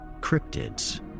Cryptids